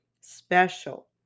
special